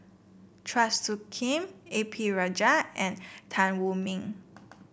Chua Soo Khim A P Rajah and Tan Wu Meng